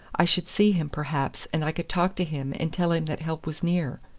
i should see him, perhaps, and i could talk to him and tell him that help was near.